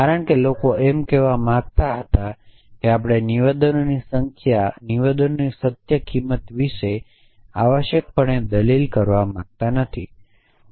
કારણ કે લોકો એમ કહેવા માંગતા હતા કે આપણે નિવેદનની સત્ય કિંમત વિશે આવશ્યકપણે દલીલ કરવા માંગતા નથી